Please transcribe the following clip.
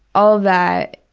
all of that